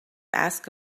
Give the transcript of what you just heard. ask